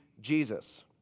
Jesus